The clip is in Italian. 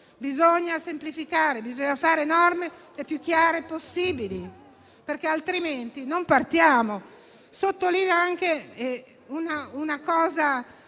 bisogna semplificare, bisogna fare norme più chiare possibili, perché altrimenti non si parte. Sottolineo anche un altro